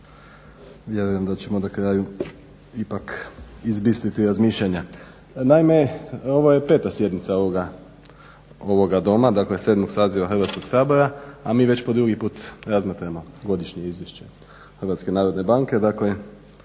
vjerujem da ćemo na kraju ipak izbistriti razmišljanja. Naime, ovo je peta sjednica ovoga Doma, dakle 7. saziva Hrvatskoga sabora a mi već po drugi put razmatramo Godišnje izvješće HNB-a. Dakle,